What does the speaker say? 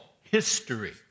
History